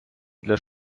для